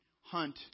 hunt